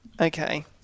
Okay